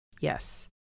Yes